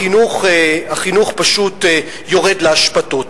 החינוך פשוט יורד לאשפתות.